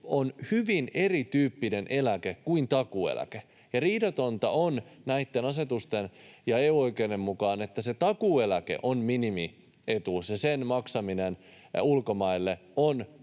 on hyvin erityyppinen eläke kuin takuueläke, ja riidatonta on näitten asetusten ja EU-oikeuden mukaan, että se takuueläke on minimietuus, ja sen maksaminen ulkomaille on